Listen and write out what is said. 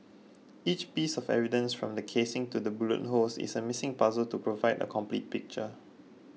each piece of evidence from the casings to the bullet holes is a missing puzzle to provide a complete picture